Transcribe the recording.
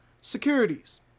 securities